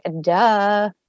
Duh